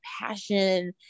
passion